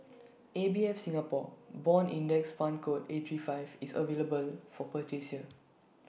A B F Singapore Bond index fund code A three five is available for purchase here